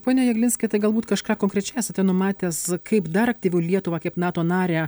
pone jeglinskai tai galbūt kažką konkrečiai esate numatęs kaip dar aktyviau lietuvą kaip nato narę